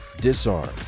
Disarm